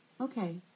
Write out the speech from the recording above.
Okay